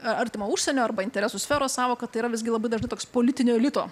artimo užsienio arba interesų sferos sąvoka tai yra visgi labai dažnai toks politinio elito